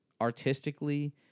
artistically